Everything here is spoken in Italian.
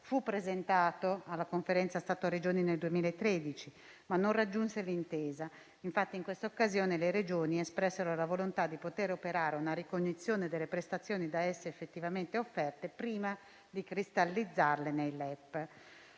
fu presentato alla Conferenza Stato-Regioni nel 2013, ma non raggiunse l'intesa. In quella occasione le Regioni espressero la volontà di poter operare una ricognizione delle prestazioni da esse effettivamente offerte prima di cristallizzarle nei LEP.